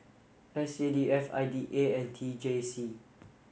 S C D F I D A and T J C